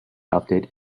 update